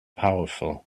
powerful